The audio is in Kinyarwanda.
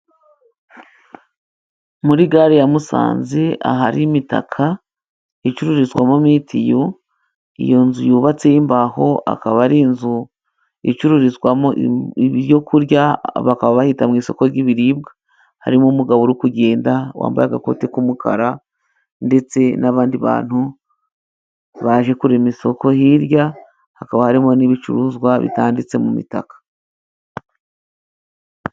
Muri gare ya Musanze ahari imitaka icururizwamo Mitiyu, iyo nzu yubatseho imbaho akaba ari inzu icururizwamo ibyo kurya, bakaba bahita mu isoko ry'ibiribwa, harimo umugabo uri kugenda wambaye agakote k'umukara ,ndetse n'abandi bantu baje kurema isoko ,hirya hakaba harimo n'ibicuruzwa bitanditse mu mitaka.